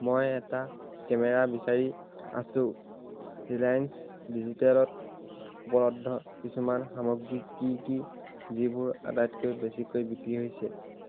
মই এটা কেমেৰা বিচাৰি আছোঁ ৰিলায়েন্স ডিজিটেলত উপলব্ধ কিছুমান সামগ্ৰী কি কি যিবোৰ আটাইতকৈ বেছিকৈ বিক্ৰী হৈছে